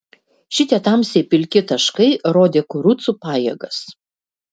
šitie tamsiai pilki taškai rodė kurucų pajėgas